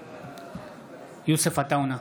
בעד יוסף עטאונה,